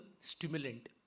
stimulant